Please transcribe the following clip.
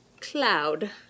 Cloud